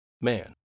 Man